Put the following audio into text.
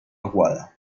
aguada